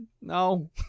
No